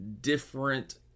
different